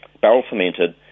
barrel-fermented